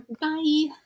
bye